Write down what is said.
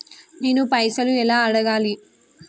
నేను పైసలు ఎలా అడగాలి?